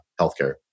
healthcare